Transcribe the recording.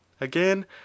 Again